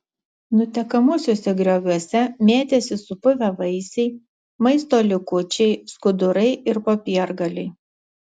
nutekamuosiuose grioviuose mėtėsi supuvę vaisiai maisto likučiai skudurai ir popiergaliai